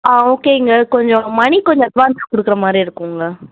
ஆ ஓகேங்க கொஞ்சம் மணி கொஞ்சம் அட்வான்ஸ் கொடுக்குற மாதிரி இருக்கும்ங்க